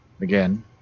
again